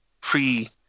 pre